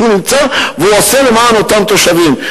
והוא עושה למען אותם תושבים?